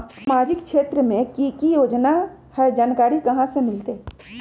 सामाजिक क्षेत्र मे कि की योजना है जानकारी कहाँ से मिलतै?